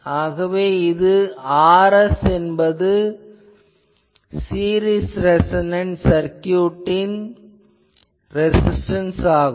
ஆகவே இங்கு Rs என்பது சீரிஸ் ரேசொனன்ட் சர்க்குயூட்டின் ரெசிஸ்டன்ஸ் ஆகும்